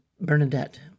Bernadette